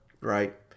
right